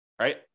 Right